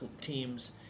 teams